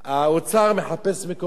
האוצר מחפש מקורות כספיים,